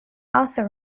also